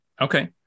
Okay